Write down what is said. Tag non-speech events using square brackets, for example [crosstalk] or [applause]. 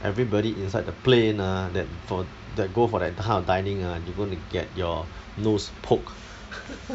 everybody inside the plane uh that for that go for that kind of dining ah they gonna get your nose poked [laughs]